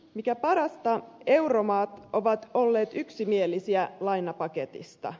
mikä parasta euromaat ovat olleet yksimielisiä lainapaketista